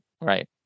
Right